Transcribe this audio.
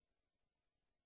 אז מה זה?